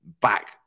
back